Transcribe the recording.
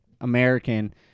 American